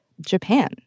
japan